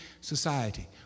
society